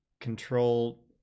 control